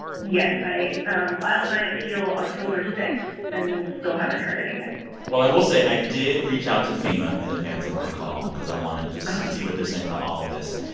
yes. i filed my appeal october six and still haven't heard anything well, i will say i did reach out to fema in advance of our call because i wanted to just see what they're saying about all of this.